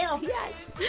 Yes